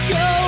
go